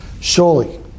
Surely